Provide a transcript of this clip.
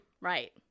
Right